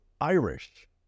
IRISH